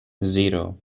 zero